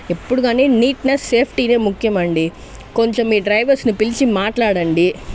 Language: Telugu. ఎప్పుడు గానీ నీట్నెస్ సేఫ్టీనే ముఖ్యం అండి కొంచెం మీ డ్రైవర్స్ని పిలిచి మాట్లాడండి